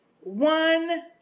one